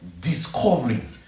discovering